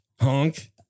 honk